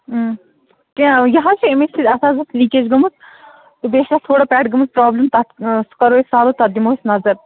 کیٛاہ یہِ حظ چھِ أمۍ سۭتۍ اَتھ حظ ٲسۍ لیٖکیج گٔمٕژ تہٕ بیٚیہِ چھِ اَتھ تھوڑا پٮ۪ٹھٕ گٔمٕژ پرٛابلِم تَتھ سُہ کَرو أسۍ سالُو تَتھ دِمو أسۍ نظر